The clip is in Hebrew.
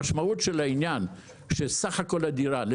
המשמעות של העניין היא שבסך הכול דירה של